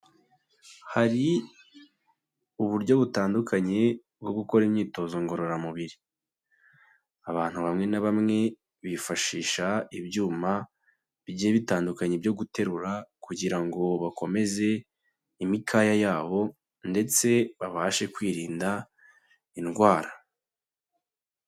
Hari uburyo butandukanye bwo gukora imyitozo ngororamubiri, abantu bamwe na bamwe bifashisha ibyuma bigiye bitandukanye byo guterura kugira ngo bakomeze imikaya yabo ndetse babashe kwirinda indwara.